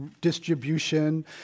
distribution